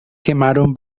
quemaron